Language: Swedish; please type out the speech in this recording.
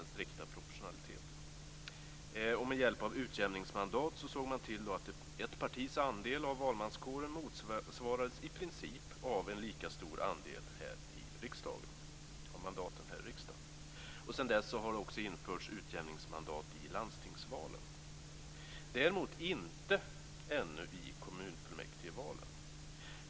Med hjälp av utjämningsmandat såg man till att ett partis andel av valmanskåren i princip motsvarades av en lika stor andel mandat här i riksdagen. Sedan dess har det också införts utjämningsmandat i landstingsvalen. Däremot inte ännu i kommunfullmäktigevalen.